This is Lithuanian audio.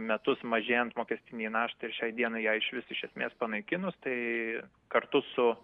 metus mažėjant mokestinei našta šiai dienai ją išvis iš esmės panaikinus tai kartu su